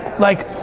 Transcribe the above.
like